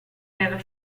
nella